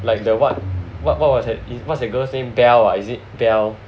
like the what what what what was that girl's name Delle/P2> ah is it Delle